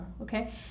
okay